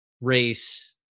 race